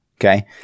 okay